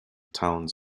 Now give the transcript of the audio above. towns